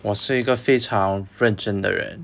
我是一个非常认真的人